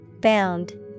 Bound